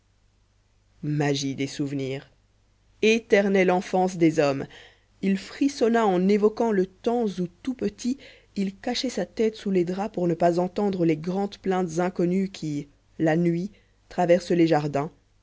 magie des souvenirs éternelle enfance des hommes il frissonna en évoquant le temps où tout petit il cachait sa tête sous les draps pour ne pas entendre les grandes plaintes inconnues qui la nuit traversent les jardins